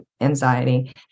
anxiety